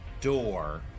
door